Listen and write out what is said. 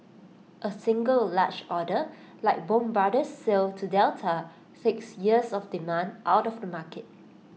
A single large order like Bombardier's sale to Delta six years of demand out of the market